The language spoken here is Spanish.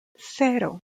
cero